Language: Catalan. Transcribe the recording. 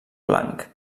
blanc